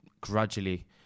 gradually